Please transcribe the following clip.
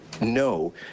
no